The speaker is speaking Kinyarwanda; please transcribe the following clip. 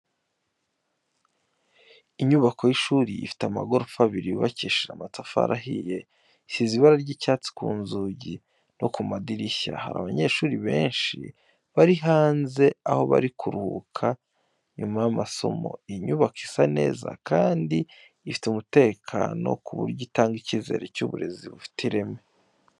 Inyubako y'ishuri ifite amagorofa abiri yubakishije amatafari ahiye, isize ibara ry'icyatsi ku nzugi no ku madirishya. Hari abanyeshuri benshi bari hanze aho bari kuruhuka nyuma y'amasomo. Iyi nyubako isa neza, kandi ifite umutekano ku buryo itanga icyizere cy'uburezi bufite ireme.